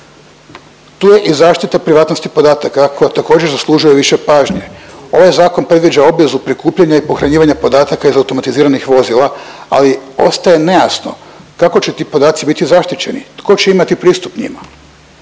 Tu je i zaštita privatnosti podataka koja također zaslužuje više pažnje. Ovaj zakon predviđa obvezu prikupljanja i pohranjivanja podataka iz automatiziranih vozila ali ostaje nejasno kako će ti podaci biti zaštićeni, tko će imati pristup njima,